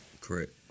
Correct